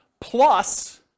plus